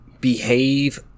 behave